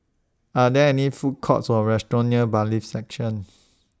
Are There any Food Courts Or restaurants near Bailiffs' Section